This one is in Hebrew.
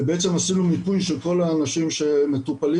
ובעצם עשינו מיפוי של כל האנשים שהם מטופלים